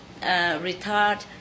retard